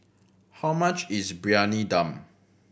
how much is Briyani Dum